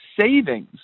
savings